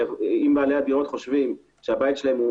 אם בעלי הדירות חושבים שהבית שלהם,